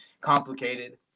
complicated